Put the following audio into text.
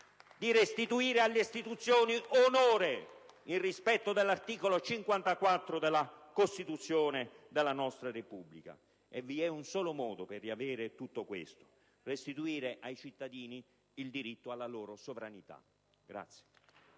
di restituire alle istituzioni onore, nel rispetto dell'articolo 54 della Costituzione della nostra Repubblica. Vi è un solo modo per riavere tutto questo: restituire ai cittadini il diritto alla loro sovranità.